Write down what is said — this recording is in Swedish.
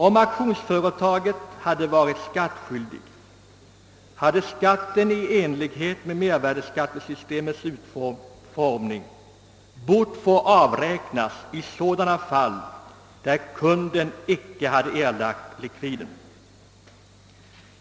Om auktionsföretaget hade varit skattskyldigt hade skatten i enlighet med <mervärdeskattesystemets utformning bort få avräknas i sådana fall där kunden icke hade erlagt ikviden.